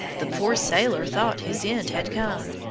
the poor sailor thought his end had come,